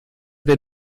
den